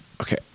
okay